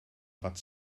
but